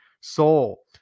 soul